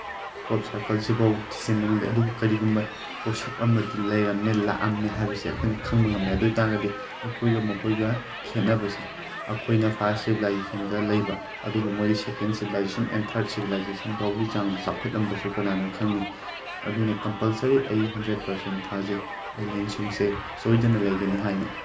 crop ꯁꯥꯔꯀꯜꯁꯤꯐꯥꯎ ꯊꯤꯖꯤꯟꯕ ꯉꯝꯗꯦ ꯑꯗꯨꯕꯨ ꯀꯔꯤꯒꯨꯝꯕ ꯄꯣꯁꯛ ꯑꯃꯗꯤ ꯂꯩꯔꯝꯃꯦ ꯂꯥꯛꯑꯝꯃꯦ ꯍꯥꯏꯕꯁꯦ ꯑꯩꯈꯣꯏꯅ ꯈꯪꯕ ꯉꯝꯃꯦ ꯑꯗꯨꯏ ꯑꯣꯏꯕ ꯇꯥꯔꯒꯗꯤ ꯑꯩꯈꯣꯏꯒ ꯃꯈꯣꯏꯒ ꯈꯦꯅꯕꯁꯦ ꯑꯩꯈꯣꯏꯅ ꯐꯥꯔꯁ ꯁꯤꯕꯤꯂꯥꯏꯖꯦꯁꯟꯗ ꯂꯩꯕ ꯑꯗꯨꯕꯨ ꯃꯣꯏꯗꯤ second civilization and third civilization ꯐꯥꯎꯒꯤ ꯆꯥꯡꯗ ꯆꯥꯎꯈꯠꯂꯝꯕꯁꯨ ꯀꯅꯥꯅ ꯈꯪꯅꯤ ꯑꯗꯨꯅ ꯀꯝꯄꯜꯁꯔꯤ ꯑꯩ ꯍꯟꯗ꯭ꯔꯦꯠ ꯄꯥꯔꯁꯦꯟ ꯊꯥꯖꯩ ꯑꯦꯂꯦꯟꯁꯤꯡꯁꯦ ꯁꯣꯏꯗꯅ ꯂꯩꯒꯅꯤ ꯍꯥꯏꯅ